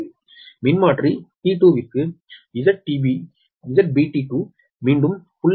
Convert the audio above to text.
மின்மாற்றி T2 க்கு ZBT2 மீண்டும் 0